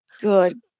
Good